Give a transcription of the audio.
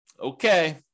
Okay